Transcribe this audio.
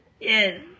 Yes